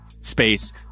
space